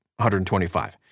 $125